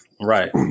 Right